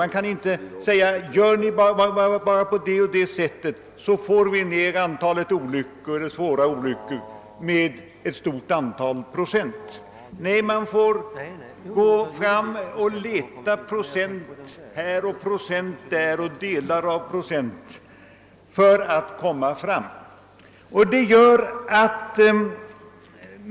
Det går inte att säga: Gör nu bara på det eller det sättet så nedbringas antalet svåra olyckor med många procent. Nej, man får försöka leta efter möjligheter både här och där att sänka olycksantalet med procent eller delar av procent.